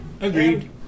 Agreed